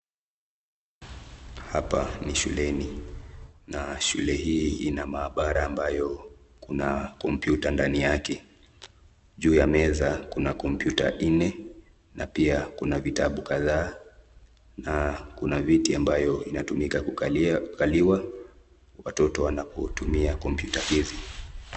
Hapa ni shuleni, shule hii ina maabara ambayo kuna kompyuta ndani yake. Juu ya meza kuna kompyuta nne na pia kuna vitabu kadhaa na kuna viti ambayo ni ya kukaliwa watoto wanapotumia kompyuta hizi.